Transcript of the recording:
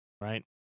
right